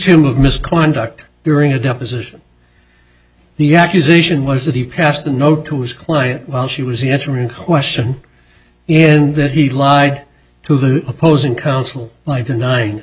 him of misconduct during a deposition the accusation was that he passed a note to his client while she was answering question and that he lied to the opposing counsel by denying